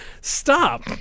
Stop